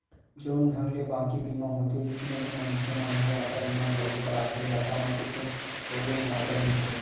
जउन ढंग ले बाकी बीमा होथे अइसने ही मनखे मन ह यातरा बीमा घलोक कराथे यातरा म कुछु होय ले मुवाजा मिलथे